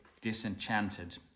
disenchanted